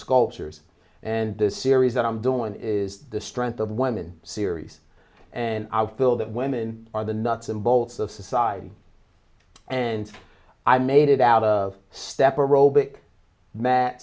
sculptures and the series that i'm doing is the strength of one min series and i feel that women are the nuts and bolts of society and i made it out of step aerobics mat